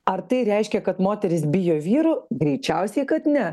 ar tai reiškia kad moterys bijo vyrų greičiausiai kad ne